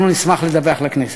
אנחנו נשמח לדווח לכנסת.